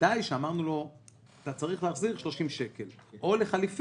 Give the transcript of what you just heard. בוודאי שאמרנו לו: אתה צריך להחזיר 30 שקלים או לחליפין,